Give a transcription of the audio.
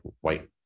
white